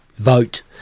vote